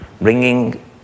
bringing